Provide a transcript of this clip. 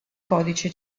codice